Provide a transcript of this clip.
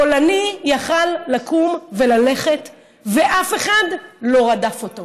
פולני יכול היה לקום וללכת ואף אחד לא רדף אותו